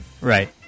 Right